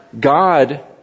God